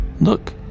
Look